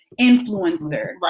influencer